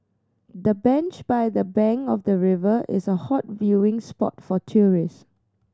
the bench by the bank of the river is a hot viewing spot for tourist